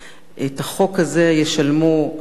את החוק הזה ישלמו הרווחה,